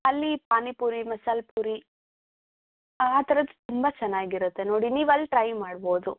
ಅಲ್ಲಿ ಪಾನಿಪುರಿ ಮಸಾಲ ಪುರಿ ಆ ಥರದ್ದು ತುಂಬ ಚೆನ್ನಾಗಿರುತ್ತೆ ನೋಡಿ ನೀವು ಅಲ್ಲಿ ಟ್ರೈ ಮಾಡ್ಬೋದು